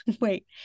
Wait